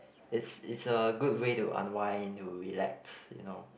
it's it's a good way to unwind to relax you know